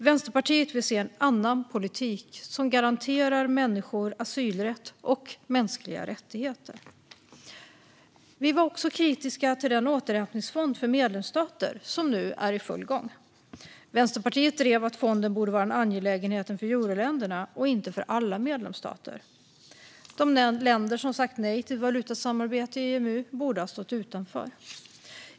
Vänsterpartiet vill se en annan politik som garanterar människor asylrätt och mänskliga rättigheter. Vi var också kritiska till den återhämtningsfond för medlemsstater som nu är i full gång. Vänsterpartiet drev att fonden borde vara en angelägenhet för euroländerna och inte för alla medlemsstater. De länder som sagt nej till valutasamarbete i EMU borde ha stått utanför.